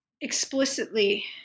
explicitly